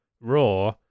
raw